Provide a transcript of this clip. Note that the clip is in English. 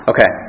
Okay